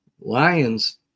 Lions